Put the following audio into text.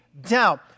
doubt